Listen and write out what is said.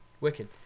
Wicked